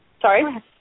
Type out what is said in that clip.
Sorry